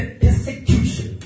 persecution